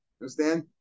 understand